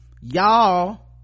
Y'all